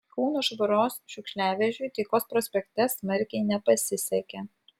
kauno švaros šiukšliavežiui taikos prospekte smarkiai nepasisekė